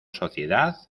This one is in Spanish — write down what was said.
sociedad